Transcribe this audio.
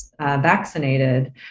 vaccinated